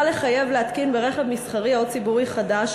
לחייב להתקין ברכב מסחרי או ציבורי חדש,